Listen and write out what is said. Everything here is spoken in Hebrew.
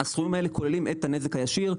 הסכומים האלה כוללים את הנזק הישיר,